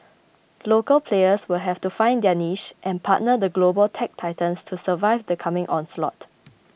local players will have to find their niche and partner the global tech titans to survive the coming onslaught